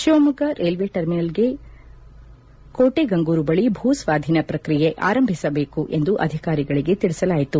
Shivamogga railway ಟರ್ಮಿನಲ್ಗೆ ಕೋಟೆಗಂಗೂರು ಬಳಿ ಭೂಸ್ವಾಧೀನ ಪ್ರಕ್ರಿಯೆ ಆರಂಭಿಸಬೇಕು ಎಂದು ಅಧಿಕಾರಿಗಳಿಗೆ ತಿಳಿಸಲಾಯಿತು